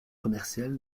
commerciale